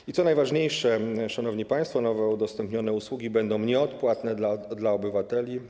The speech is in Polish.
I co najważniejsze, szanowni państwo, nowe udostępnione usługi będą nieodpłatne dla obywateli.